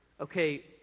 Okay